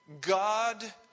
God